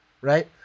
Right